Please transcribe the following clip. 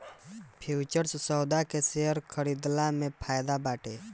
futures सौदा के share खरीदला में फायदा बाटे